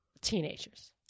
teenagers